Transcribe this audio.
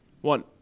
One